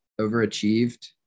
overachieved